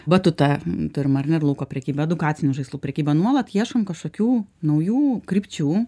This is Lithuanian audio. batutą turim ar ne ir lauko prekybą edukacinių žaislų prekybą nuolat ieškome kažkokių naujų krypčių